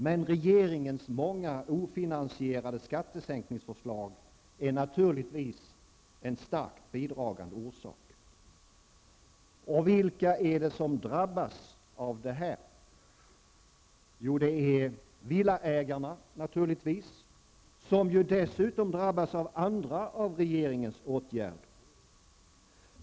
Men regeringens många ofinansierade skattesänkningsförslag är naturligtvis en starkt bidragande orsak. Och vilka är det som drabbas? Jo, villaägarna naturligtvis, som ju dessutom drabbas av andra av regeringens åtgärder.